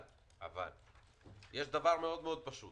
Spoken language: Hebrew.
אבל יש דבר מאוד פשוט